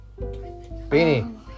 Beanie